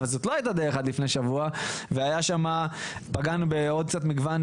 אבל עד לפני שבוע זו לא הייתה דרך וכך פגענו בעוד קצת מגוון